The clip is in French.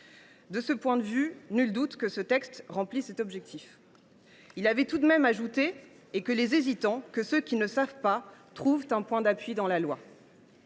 De ce point de vue, nul doute que ce texte atteint cet objectif. Clemenceau avait tout de même ajouté :«[…] et que les hésitants, que ceux qui ne savent pas, trouvent un point d’appui dans la loi